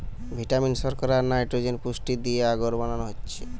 vitamin, শর্করা, আর nitrogen পুষ্টি দিয়ে আগর বানানো হচ্ছে